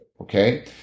Okay